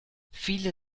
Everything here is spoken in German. viele